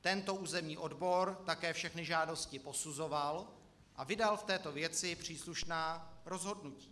Tento územní odbor také všechny žádosti posuzoval a vydal v této věci příslušná rozhodnutí.